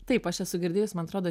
taip aš esu girdėjus man atrodo